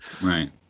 right